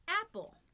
Apple